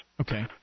Okay